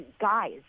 Guys